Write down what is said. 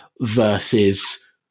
versus